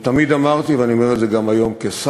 ותמיד אמרתי, ואני אומר את זה גם היום כשר: